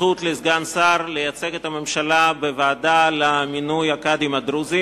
זכות לסגן שר לייצג את הממשלה בוועדה למינוי הקאדים הדרוזיים.